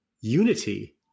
unity